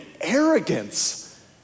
arrogance